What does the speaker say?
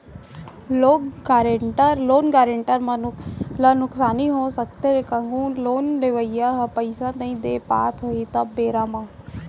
loan guarantor ल नुकसानी हो सकथे कहूँ लोन लेवइया ह पइसा नइ दे पात हे तब के बेरा म